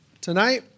tonight